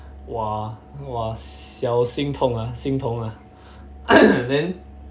!wah! !wah! 小心痛啊心痛啊